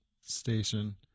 station